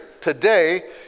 today